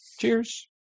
Cheers